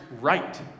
right